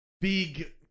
Big